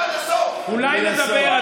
אולי נדבר,